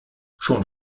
schon